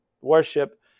worship